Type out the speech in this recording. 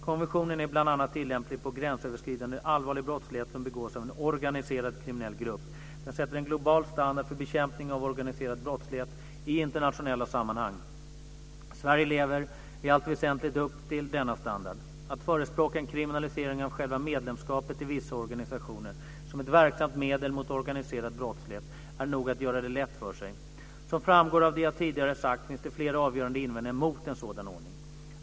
Konventionen är bl.a. tillämplig på gränsöverskridande allvarlig brottslighet som begås av en organiserad kriminell grupp. Den sätter en global standard för bekämpning av organiserad brottslighet i internationella sammanhang. Sverige lever i allt väsentligt upp till denna standard. Att förespråka en kriminalisering av själva medlemskapet i vissa organisationer som ett verksamt medel mot organiserad brottslighet är nog att göra det lätt för sig. Som framgår av det jag tidigare sagt finns det flera avgörande invändningar mot en sådan ordning.